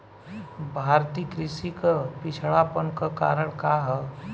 भारतीय कृषि क पिछड़ापन क कारण का ह?